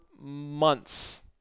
months